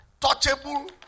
touchable